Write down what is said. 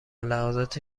لحظات